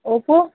Oppo